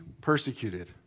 persecuted